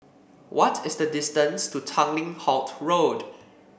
what is the distance to Tanglin Halt Road